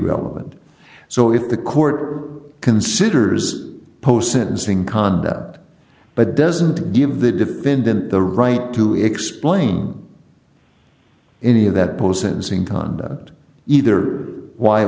relevant so if the court considers post sentencing conduct but doesn't give the defendant the right to explain any of that post sentencing conduct either wh